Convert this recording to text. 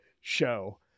show